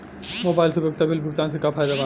Mobile से उपयोगिता bill भुगतान से का फायदा बा?